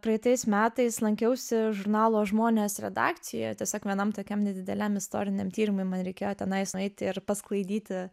praeitais metais lankiausi žurnalo žmonės redakcija tiesiog vienam tokiam nedideliam istoriniam tyrimui man reikėjo tenais nueiti ir pasklaidyti